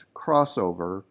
crossover